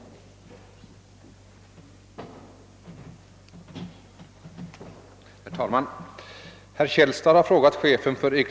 för att trygga undervisningen i ämnet